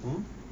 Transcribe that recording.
mm